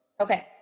Okay